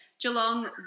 Geelong